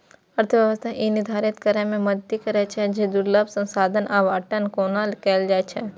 अर्थव्यवस्था ई निर्धारित करै मे मदति करै छै, जे दुर्लभ संसाधनक आवंटन कोना कैल जाए